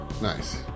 Nice